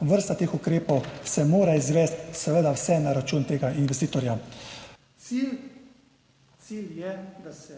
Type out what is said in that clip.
vrsta teh ukrepov se mora izvesti, seveda vse na račun tega investitorja. Cilj je, da se